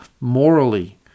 morally